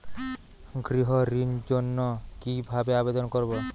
গৃহ ঋণ জন্য কি ভাবে আবেদন করব?